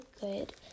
good